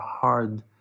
hard